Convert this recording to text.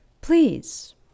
Please